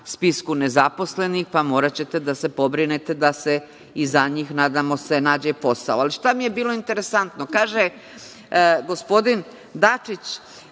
spisku nezaposlenih, pa moraćete da se pobrinete da se i za njih, nadamo se, nađe posao. Ali, šta mi je bilo interesantno. Kaže gospodin Dačić